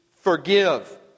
forgive